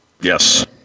Yes